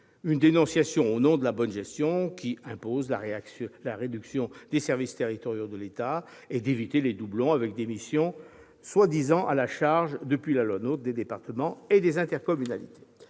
une dénonciation au nom de la bonne gestion, qui impose la réduction des services territoriaux de l'État et la chasse aux doublons, avec des missions prétendument à la charge, depuis la loi NOTRe, des départements et des intercommunalités.